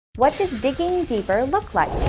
what does digging deeper look like?